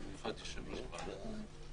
פסיפס של קואליציה-אופוזיציה,